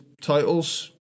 titles